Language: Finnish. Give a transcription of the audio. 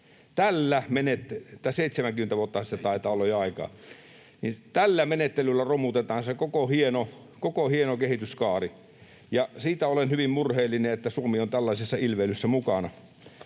Tällä menettelyllä romutetaan se koko hieno kehityskaari, ja siitä olen hyvin murheellinen, että Suomi on tällaisessa ilveilyssä mukana.